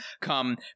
come